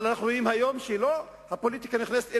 אבל אנחנו רואים היום שלא הפוליטיקה נכנסת,